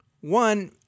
One